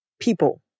people